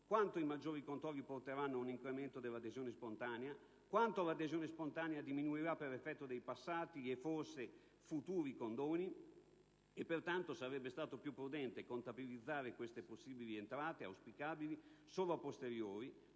Quanto i maggiori controlli porteranno ad un incremento dell'adesione spontanea? Quanto l'adesione spontanea diminuirà per effetto dei passati e, forse, futuri condoni?), e pertanto sarebbe stato più prudente contabilizzare tali possibili, auspicabili, entrate solo a posteriori,